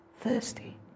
thirsty